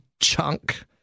Chunk